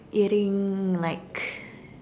eating like